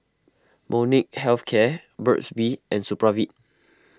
Molnylcke Health Care Burt's Bee and Supravit